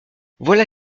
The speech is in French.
voilà